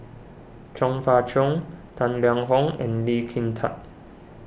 Chong Fah Cheong Tang Liang Hong and Lee Kin Tat